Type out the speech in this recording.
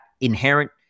inherent